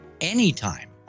anytime